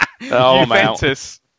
Juventus